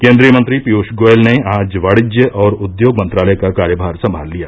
केन्द्रीय मंत्री पीयूष गोयल ने आज वाणिज्य और उद्योग मंत्रालय का कार्यभार संभाल लिया